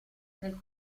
nel